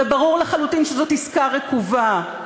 וברור לחלוטין שזו עסקה רקובה,